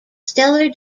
stellar